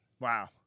Wow